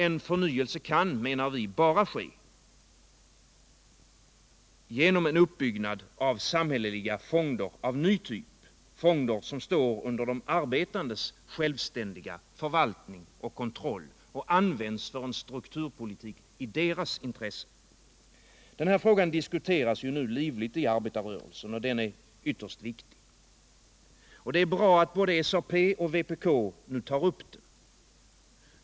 En förnyelse kan, menar vi, bara ske genom cen uppbyggnad av samhälleliga fonder av ny typ, fonder som står under de arbetandes självständiga förvaltning och kontroll. Denna fråga diskuteras nu livligt i arbetarrörelsen. Den är ytterst viktig. Det är bra att både SAP och vpk nu tar upp den.